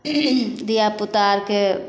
धिआपुता आओरके